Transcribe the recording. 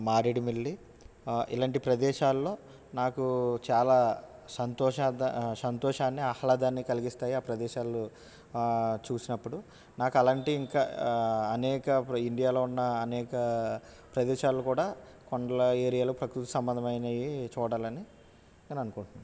మారేడుమెల్లి ఇలాంటి ప్రదేశాలలో నాకు చాలా సంతోషార్ద సంతోషాన్ని ఆహ్లాదాన్ని కలిగిస్తాయి ఆ ప్రదేశాల్ని చూసినప్పుడు నాకు అలాంటివి ఇంకా అనేక ఇండియాలో ఉన్న అనేక ప్రదేశాలను కూడా కొండల ఏరియాలో ప్రకృతి సంబంధమైనవి చూడాలని నేను అనుకుంటున్నాను